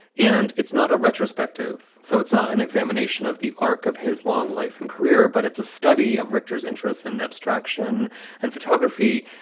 and it's not a retrospective. so it's not an examination of the arc of his long life and career, but it's a study of richter's interests in abstraction and photography.